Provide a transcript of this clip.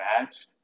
matched